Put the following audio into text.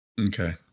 Okay